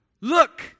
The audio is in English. Look